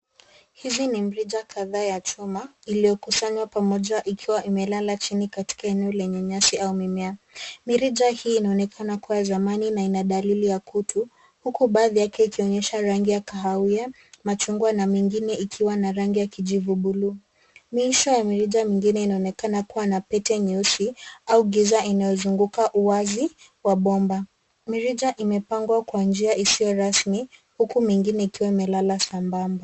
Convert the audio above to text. Hizi ni mrija kadhaa ya chuma iliyokusanywa pamoja ikiwa imelala chini katika eneo lenye nyasi au mimea. Mirija hii inaonekana kuwa ya zamani na ina dalili ya kutu huku baadhi yake ikionyesha rangi ya kahawia, machungwa na mingine ikiwa na rangi ya kijivu buluu. Mwisho ya mirija mingine inaonekana kuwa na pete nyeusi au giza inayozunguka uwazi wa bomba. Mirija imepangwa kwa njia isiyo rasmi huku mingine ikiwa imelala sambamba.